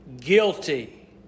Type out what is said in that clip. Guilty